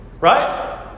Right